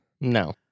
No